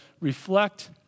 reflect